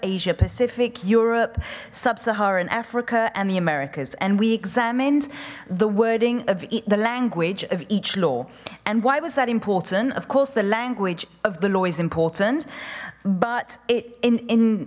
asia pacific europe sub saharan africa and the americas and we examined the wording of the language of each law and why was that important of course the language of the law is important but in in